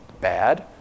bad